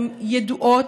הן ידועות,